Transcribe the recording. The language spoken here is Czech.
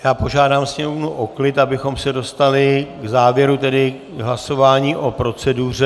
Já požádám sněmovnu o klid, abychom se dostali k závěru, tedy k hlasování o proceduře.